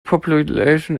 population